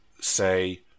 say